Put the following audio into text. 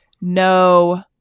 no